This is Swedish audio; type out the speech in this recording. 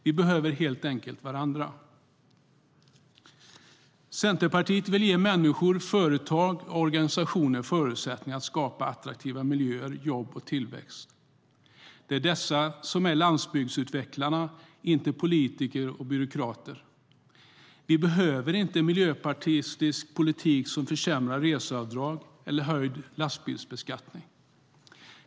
Vi behöver helt enkelt varandra. Centerpartiet vill ge människor, företag och organisationer förutsättningar att skapa attraktiva miljöer, jobb och tillväxt. Det är dessa som är landsbygdsutvecklarna, inte politiker eller byråkrater. Vi behöver inte en miljöpartistisk politik som försämrar reseavdragen eller höjer lastbilbeskattningen.